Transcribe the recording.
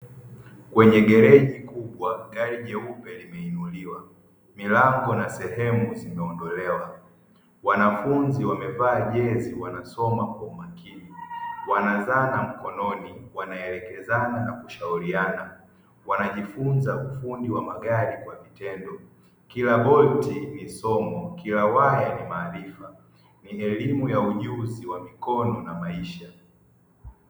Kwenye gereji kubwa gari jeupe limeinuliwa milango na sehemu zimeondolewa ,wanafunzi wamevaa jezi wanasoma kwa umakini wana zana mkononi wanaelekezana na kushauriana wanajifunza ufundi wa magari kwa vitendo kila boliti ni somo kila waya ni maarifa ni elimu ya ujuzi wa mikono na maisha.